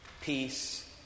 Peace